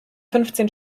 fünfzehn